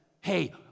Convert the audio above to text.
hey